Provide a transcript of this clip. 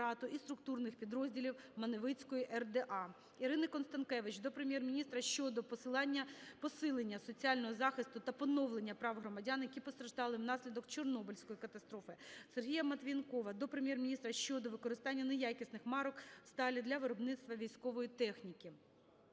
Ірини Констанкевич до Прем'єр-міністра щодо посилення соціального захисту та поновлення прав громадян, які постраждали внаслідок Чорнобильської катастрофи. Сергія Матвієнкова до Прем'єр-міністра щодо використання неякісних марок сталі для виробництва військової техніки.